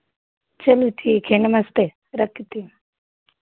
चलो ठीक है नमस्ते रखती हूँ